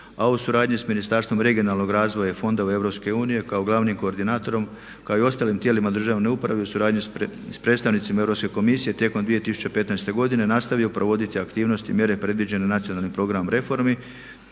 a u suradnji s Ministarstvom regionalnog razvoja i fondova EU kao glavnim koordinatorom kao i ostalim tijelima državne uprave u suradnji s predstavnicima Europske komisije tijekom 2015. godine nastavio provoditi aktivnosti i mjere predviđene nacionalnim programom reformi,